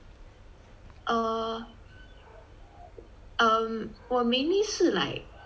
err um 我 mainly 是 like